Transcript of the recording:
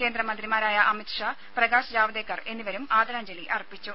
കേന്ദ്രമന്ത്രിമാരായ അമിത് ഷാ പ്രകാശ് ജാവ്ദേക്കർ എന്നിവരും ആദരാഞ്ജലി അർപ്പിച്ചു